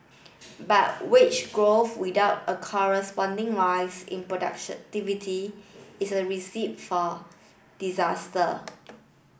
but wage growth without a corresponding rise in productiontivity is a recipe for disaster